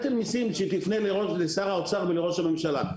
נטל מיסים, שתפנה לשר האוצר ולראש הממשלה.